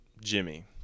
Jimmy